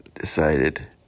decided